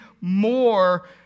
more